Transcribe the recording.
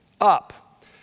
up